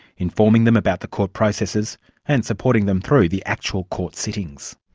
informing them about the court processes and supporting them through the actual court sittings.